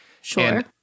Sure